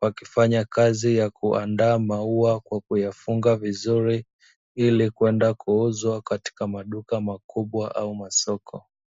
wakifanya kazi ya kuandaa maua kwa kuyafunga vizuri, ili kwenda kuuzwa katika maduka makubwa au masoko.